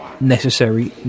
necessary